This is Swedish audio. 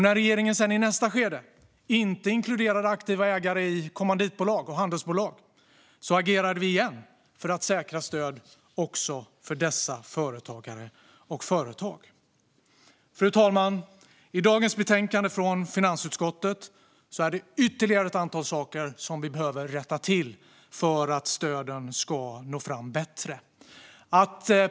När regeringen i nästa skede inte inkluderade aktiva ägare i kommanditbolag och handelsbolag agerade vi igen för att säkra stöd också för dessa företagare och företag. Fru talman! I dagens betänkande från finansutskottet finns ytterligare ett antal saker som behöver rättas till för att stöden ska nå fram bättre.